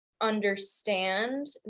understand